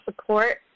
support